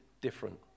different